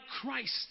Christ